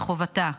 וחובתה,